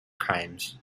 crimes